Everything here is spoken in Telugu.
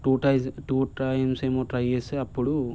టూ టైస్ టూ టైమ్స్ ఏమో ట్రై చేస్తే అప్పుడు